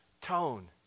tone